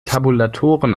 tabulatoren